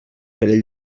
perill